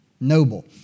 noble